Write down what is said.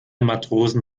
matrosen